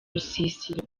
rusisiro